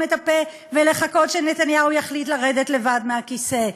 את הפה ולחכות שנתניהו יחליט לרדת לבד מהכיסא.